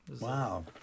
Wow